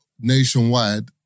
nationwide